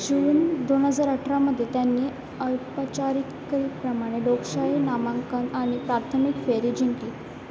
जून दोन हजार अठरामध्ये त्यांनी औपचारिकपणे लोकशाही नामांकन आनि प्राथमिक फेरी जिंकली